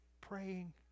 praying